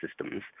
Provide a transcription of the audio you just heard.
Systems